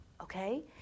okay